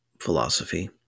philosophy